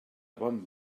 bon